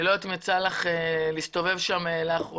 אני לא יודע אם יצא לך להסתובב שם לאחרונה,